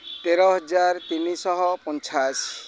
ତେର ହଜାର ତିନିଶହ ପଞ୍ଚାଅଶୀ